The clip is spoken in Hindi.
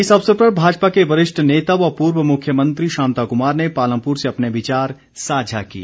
इस अवसर पर भाजपा के वरिष्ठ नेता व पूर्व मुख्यमंत्री शांता कुमार ने पालमपुर से अपने विचार साझा किए